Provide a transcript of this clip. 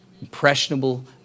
Impressionable